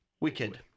wicked